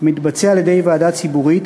המתבצע על-ידי ועדה ציבורית,